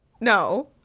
No